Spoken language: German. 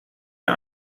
der